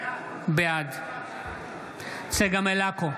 בעד צגה מלקו,